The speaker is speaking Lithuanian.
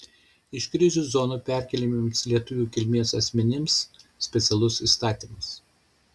iš krizių zonų perkeliamiems lietuvių kilmės asmenims specialus įstatymas